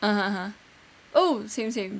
(uh huh) ah oh same same